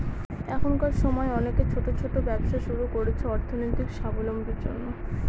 এখনকার সময় অনেকে ছোট ছোট ব্যবসা শুরু করছে অর্থনৈতিক সাবলম্বীর জন্য